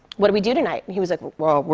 what do we do tonight? he was like, well,